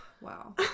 Wow